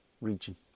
region